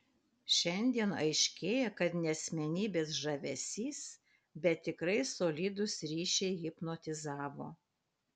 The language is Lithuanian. šiandien aiškėja kad ne asmenybės žavesys bet tikrai solidūs ryšiai hipnotizavo